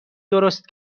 درست